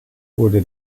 wurde